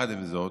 עם זאת,